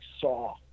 Saw